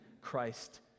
Christ